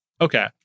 Okay